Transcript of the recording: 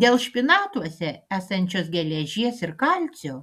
dėl špinatuose esančios geležies ir kalcio